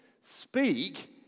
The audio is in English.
speak